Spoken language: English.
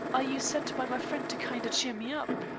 are you sent by my friend to kinder cheer me up?